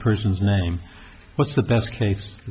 person's name what's the best case